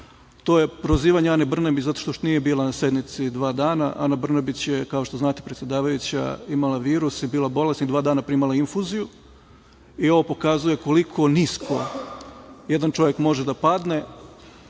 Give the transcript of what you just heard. to je prozivanje Ane Brnabić zato što nije bila na sednici dva dana. Ana Brnabić je, kao što znate, predsedavajuća, imala virus, bila bolesna i dva dana primala infuziju. Ovo pokazuje koliko nisko jedan čovek može da padne.